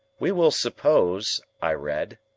we will suppose, i read,